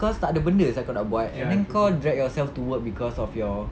cause tak ada benda sia kau nak buat and then kau drag yourself to work cause of your